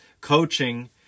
coaching